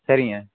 சரிங்க